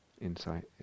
insight